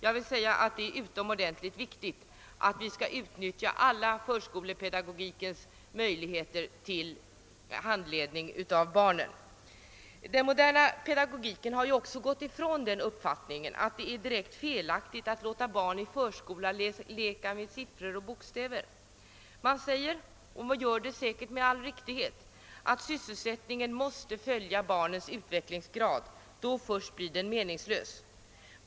Det är utomordentligt viktigt att vi utnyttjar alla förskolepedagogikens möjligheter till handledning av barnen. Den moderna pedagogiken har ju också gått ifrån uppfattningen att det är direkt felaktigt att låta barn i förskola leka med siffror och bokstäver. Man säger — säkerligen alldeles riktigt — att sysselsättningen måste följa barnens utvecklingsgrad; då först blir den meningsfull.